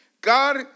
God